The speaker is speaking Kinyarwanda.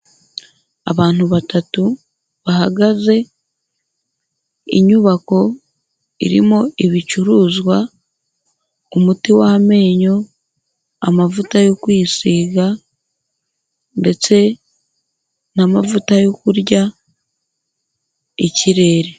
Abantu batatu bahagaze, inyubako irimo ibicuruzwa, umuti w' amenyo, amavuta yo kwisiga ndetse n'amavuta yo kurya, ikirere.